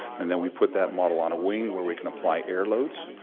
and then we put that model on a wing where we can apply air loads,